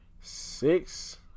Six